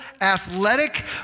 athletic